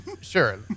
Sure